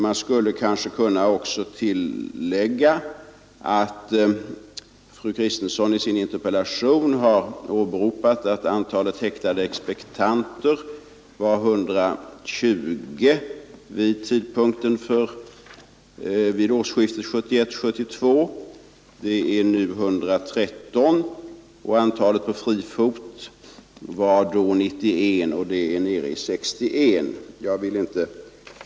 Jag skulle kanske också kunna tillägga att fru Kristensson i sin interpellation har åberopat att antalet häktade expektanter var 120 vid årsskiftet 1971—1972. Det är nu 113. Antalet expektanter på fri fot var då 91 och är nu nere i 61.